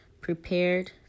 Prepared